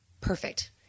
perfect